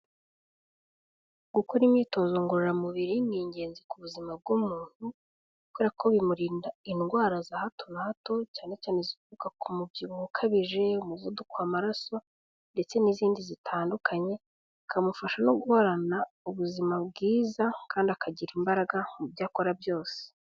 Gukora imyitozo ngororamubiri ni ingenzi ku buzima bw'umuntu kubera ko bimurinda indwara za hato na hato cyane cyane zituruka ku mubyibuho ukabije, umuvuduko w'amaraso ndetse n'izindi zitandukanye, bikamufasha no guhorana ubuzima bwiza kandi akagira imbaraga mu byo akora byose.